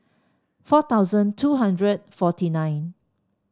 four thousand two hundred forty nine